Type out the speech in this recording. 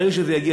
ברגע שזה יגיע,